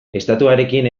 estatuarekin